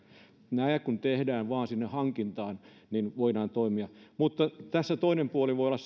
nämä kun vain tehdään sinne hankintaan niin voidaan toimia mutta tässä toinen puoli voi olla